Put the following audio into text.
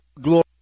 glory